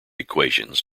equations